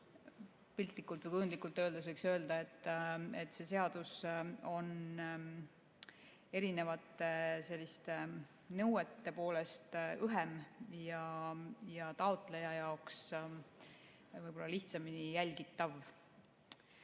piltlikult või kujundlikult öeldes võiks öelda, et see seadus on erinevate nõuete poolest õhem ja taotleja jaoks lihtsamini jälgitav.